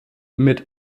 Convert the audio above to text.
mit